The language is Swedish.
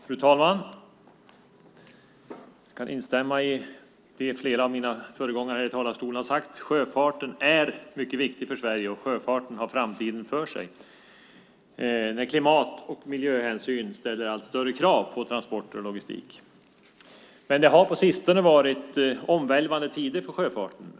Fru talman! Jag kan instämma i det som flera av mina föregångare här i talarstolen har sagt. Sjöfarten är mycket viktig för Sverige, och sjöfarten har framtiden för sig när klimat och miljöhänsyn ställer allt större krav på transporter och logistik. Men det har på sistone varit omvälvande tider för sjöfarten.